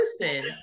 person